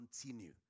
continue